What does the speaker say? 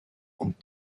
und